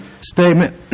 statement